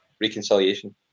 reconciliation